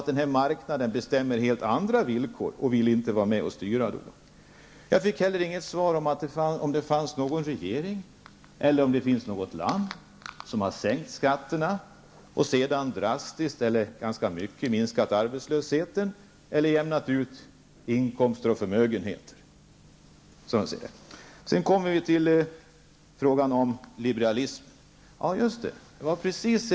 Den här marknaden bestämmer nämligen helt andra villkor och vill inte vara med och styra. Jag fick inte heller något svar på om det fanns några regeringar eller något land som har sänkt skatterna och sedan drastiskt, eller ganska mycket, minskat arbetslösheten eller jämnat ut inkomster och förmögenheter. Sedan kommer vi till frågan om liberalismen.